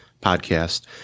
podcast